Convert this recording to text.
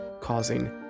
causing